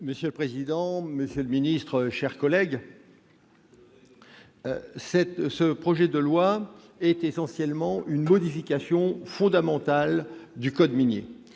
Monsieur le président, monsieur le ministre d'État, chers collègues, ce projet de loi est essentiellement une modification fondamentale du code minier.